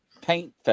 paint